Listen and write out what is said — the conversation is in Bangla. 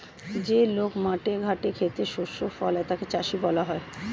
যে লোক মাঠে ঘাটে খেতে শস্য ফলায় তাকে চাষী বলা হয়